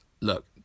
look